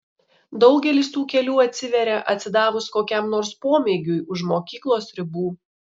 daugelis tų kelių atsiveria atsidavus kokiam nors pomėgiui už mokyklos ribų